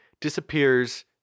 disappears